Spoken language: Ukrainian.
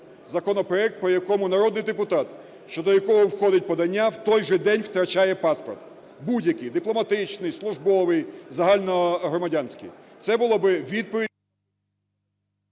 законопроект, по якому народний депутат, щодо якого входить подання, в той же день втрачає паспорт будь-який: дипломатичний, службовий, загальногромадянський. Це було би відповіддю…